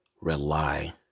rely